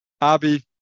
Abby